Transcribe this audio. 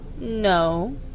No